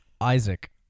Isaac